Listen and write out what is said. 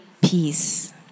peace